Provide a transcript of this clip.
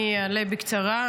אני אדבר בקצרה.